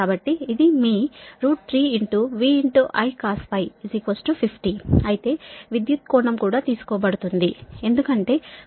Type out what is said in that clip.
కాబట్టి ఇది మీ 3 V Icosφ 50 అయితే విద్యుత్ కోణం కూడా తీసుకోబడుతుంది ఎందుకంటే పవర్ ఫాక్టర్ 0